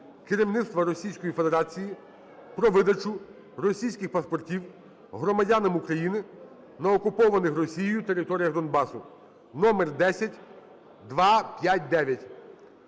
керівництва Російської Федерації про видачу російських паспортів громадянам України на окупованій Росією території Донбасу (№ 10259).